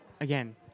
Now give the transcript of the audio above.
again